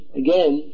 again